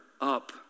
up